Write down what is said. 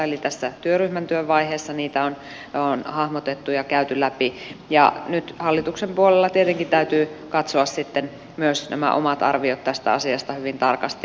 eli tässä työryhmän työn vaiheessa niitä on hahmotettu ja käyty läpi ja nyt hallituksen puolella tietenkin täytyy katsoa sitten myös nämä omat arviot tästä asiasta hyvin tarkasti